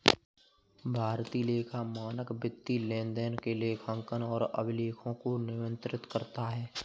भारतीय लेखा मानक वित्तीय लेनदेन के लेखांकन और अभिलेखों को नियंत्रित करता है